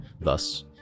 Thus